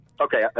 Okay